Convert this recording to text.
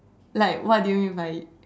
like what do you mean by it